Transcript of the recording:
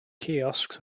kiosks